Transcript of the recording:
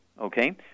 Okay